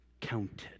counted